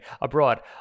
abroad